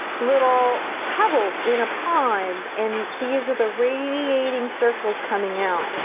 little pebbles in a pond and these are the radiating circles coming out.